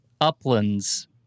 Upland's